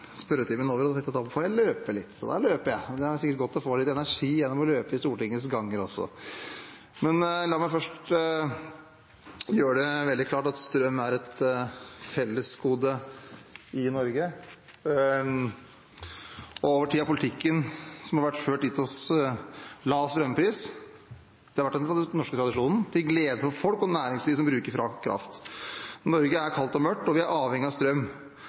spørretimen var over. Da tenkte jeg at jeg får løpe litt, så da løp jeg. Det er sikkert godt å få litt energi gjennom å løpe i Stortingets ganger også. La meg først gjøre det veldig klart at strøm er et fellesgode i Norge. Over tid har politikken som har vært ført, gitt oss lav strømpris, det har vært den norske tradisjonen, til glede for folk og næringsliv som bruker kraft. Norge er kaldt og mørkt, og vi er avhengig av strøm.